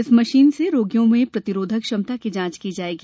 इस मशीन से रोगियों में प्रतिरोधक क्षमता की जांच की जा सकेगी